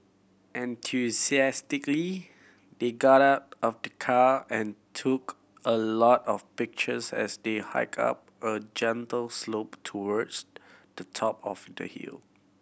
enthusiastically they got out of the car and took a lot of pictures as they hiked up a gentle slope towards the top of the hill